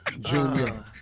Junior